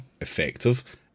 effective